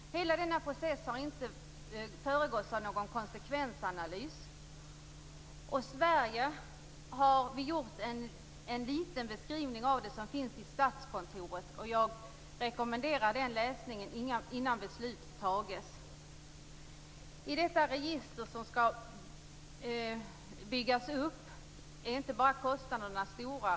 Hela denna process har inte föregåtts av någon konsekvensanalys. Sverige har gjort en liten konsekvensbeskrivning som finns hos Statskontoret. Jag rekommenderar den för läsning innan beslut fattas. För det register som skall byggas upp är det inte bara kostnaderna som är stora.